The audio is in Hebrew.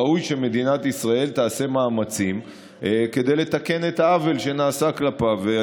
ראוי שמדינת ישראל תעשה מאמצים לתקן את העוול שנעשה כלפיו.